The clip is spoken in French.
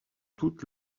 toute